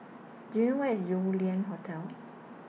Do YOU know Where IS Yew Lian Hotel